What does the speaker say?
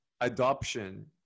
adoption